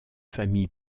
famille